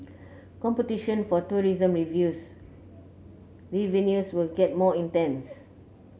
competition for tourism views revenues will get more intense